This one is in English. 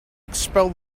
expel